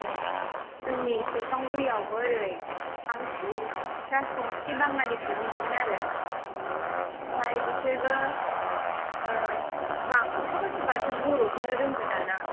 ए जोंनि सेरफांगुरियावबो ओरै बांसिन राजबंशी बाङालिफोरखौनो मोनगोन आरो ओमफ्राय बिसोरबो ओ सोरबा सोरबाथ' बर'खौनो रोङो दाना